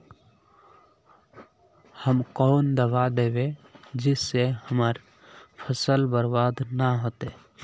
हम कौन दबाइ दैबे जिससे हमर फसल बर्बाद न होते?